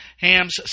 Hams